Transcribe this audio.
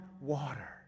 water